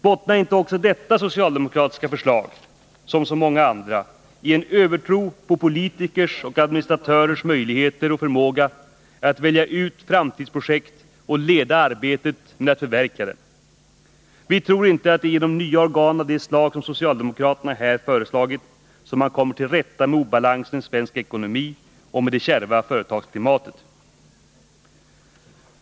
Bottnar inte också detta socialdemokratiska förslag — som så många andra — i en övertro på politikers och administratörers möjligheter och förmåga att välja ut framtidsprojekt och att leda arbetet med att förverkliga dessa? Vi tror inte att det är genom nya organ av det slag som socialdemokraterna här föreslagit som man kommer till rätta med obalansen i svensk ekonomi och med det kärva företagsklimatet.